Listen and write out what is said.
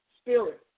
spirit